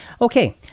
Okay